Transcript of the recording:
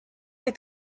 est